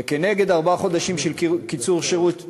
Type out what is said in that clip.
וכנגד ארבעה חודשים של קיצור שירות לנהג,